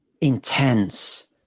intense